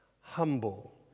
humble